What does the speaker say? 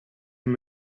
him